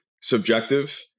subjective